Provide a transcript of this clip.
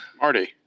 Marty